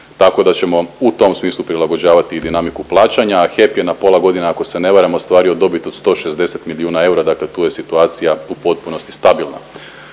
tako da ćemo u tom smislu prilagođavati i dinamiku plaćanja. HEP je na pola godine ako se ne varam ostvario dobit od 160 milijuna eura, dakle tu je situacija u potpunosti stabilna.